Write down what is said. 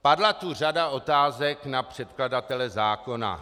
Padla tu řada otázek na předkladatele zákona.